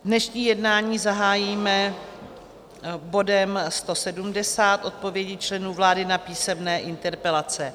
Dnešní jednání zahájíme bodem 170 odpovědi členů vlády na písemné interpelace.